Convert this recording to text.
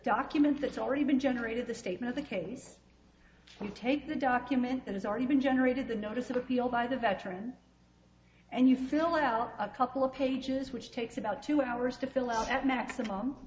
document that's already been generated the statement the case you take the document that has already been generated the notice of appeal by the veteran and you fill out a couple of pages which takes about two hours to fill out at maximum